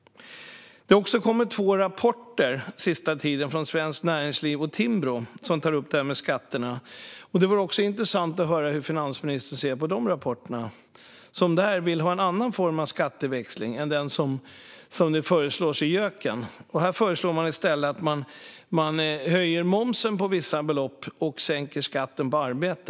Det har på sista tiden kommit två rapporter från Svenskt Näringsliv och Timbro som tar upp det här med skatterna. Det vore intressant att höra hur finansministern ser på de rapporterna, där man vill ha en annan form av skatteväxling än den som föreslås i JÖK:en. Här föreslås i stället att man höjer momsen på vissa belopp och sänker skatten på arbete.